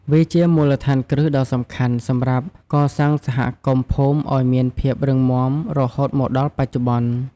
វាជាមូលដ្ឋានគ្រឹះដ៏សំខាន់សម្រាប់កសាងសហគមន៍ភូមិឱ្យមានភាពរឹងមាំរហូតមកដល់បច្ចុប្បន្ន។